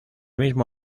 mismo